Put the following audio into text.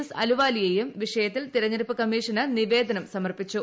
S അലുവാലിയയും വിഷയത്തിൽ തെരഞ്ഞെടുപ്പ് കമ്മിഷന് നിവേദനം സമർപ്പിച്ചു